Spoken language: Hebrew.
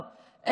טוב.